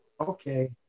okay